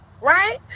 right